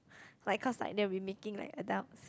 like cause like they'll be making like adult